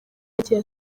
yagiye